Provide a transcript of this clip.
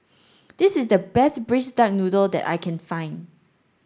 this is the best braised duck noodle that I can find